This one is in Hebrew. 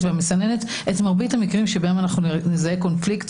ולמסננת את מרבית המקרים שבהם נזהה קונפליקט